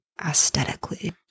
aesthetically